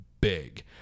big